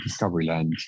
Discoveryland